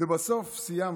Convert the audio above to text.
ובסוף סיימנו: